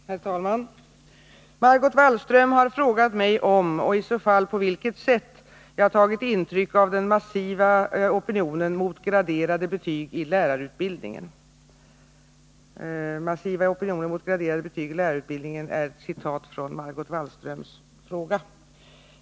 Herr talman! Margot Wallström har frågat mig om, och i så fall på vilket sätt, jag tagit intryck av den ”massiva opinionen mot graderade betyg i lärarutbildningen”.